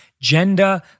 gender